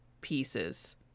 pieces